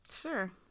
Sure